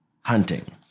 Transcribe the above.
hunting